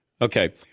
Okay